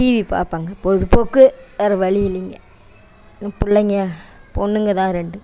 TV பார்ப்பேங்க பொழுதுபோக்கு வேற வழியில்லைங்க பிள்ளைங்க பொண்ணுங்கள் தான் ரெண்டும்